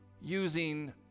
using